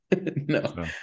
No